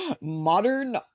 modern